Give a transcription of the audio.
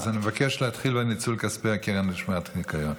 אני מבקש להתחיל בניצול כספי הקרן לשמירת הניקיון.